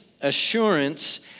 assurance